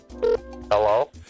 Hello